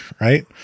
right